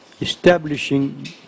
establishing